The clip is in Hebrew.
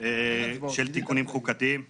של תיקונים חוקתיים --- סליחה,